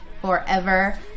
forever